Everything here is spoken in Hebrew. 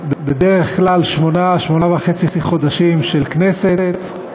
בדרך כלל שמונה שמונה-וחצי חודשים של כנסת,